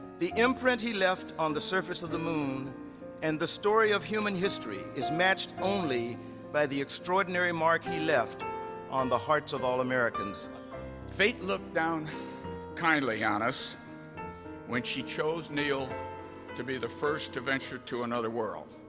the imprint he left on the surface of the moon and the story of human history is matched only by the extraordinary mark he left on the hearts of all americans fate looked down kindly on us when she chose neil to be the first to venture to another world